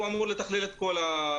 הוא אמור לתכלל את התשתיות,